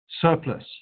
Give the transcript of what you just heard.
surplus